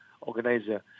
organizer